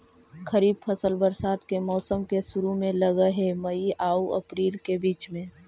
खरीफ फसल बरसात के मौसम के शुरु में लग हे, मई आऊ अपरील के बीच में